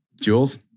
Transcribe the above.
Jules